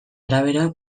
arabera